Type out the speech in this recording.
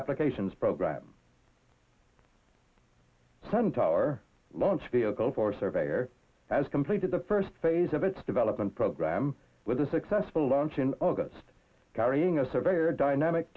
applications program sent our launch vehicle for surveyor has completed the first phase of its development program with the successful launch in august carrying a surveyor dynamic